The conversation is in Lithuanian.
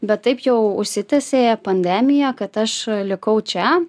bet taip jau užsitęsė pandemija kad aš likau čia